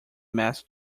mess